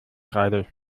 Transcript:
kreide